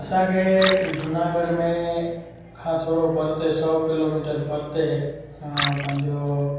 असांखे जूनागढ़ में खां थोरो परिते सौ किलोमीटर परिते पंहिंजो